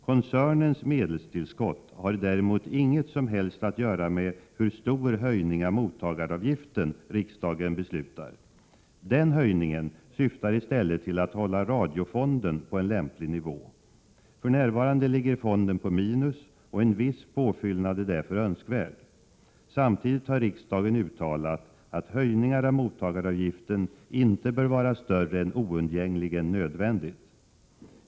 Koncernens medelstillskott har däremot inget som helst att göra med hur stor höjning av mottagaravgiften riksdagen beslutar om. Den höjningen syftar i stället till att hålla radiofonden på en lämplig nivå. För närvarande ligger fonden på minus, och en viss påfyllnad är därför önskvärd. Samtidigt har riksdagen uttalat att höjningar av mottagaravgiften inte bör vara större än oundgängligen nödvändigt.